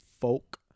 folk